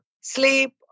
sleep